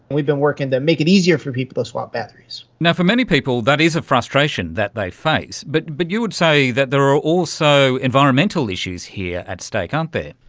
we've been working to make it easier for people to swap batteries. yeah for many people that is a frustration that they face. but but you would say that there are also environmental issues here at stake, aren't there.